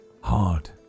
hard